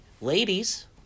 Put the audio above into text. ladies